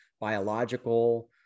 biological